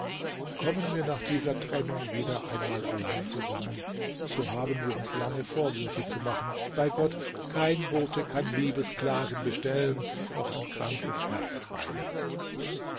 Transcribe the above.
kommen wir nach dieser trennung wieder einmal allein zusammen so haben wir uns lange vorwürfe zu machen bei gott kein bote kann liebesklagen bestellen noch ein krankes herz heilen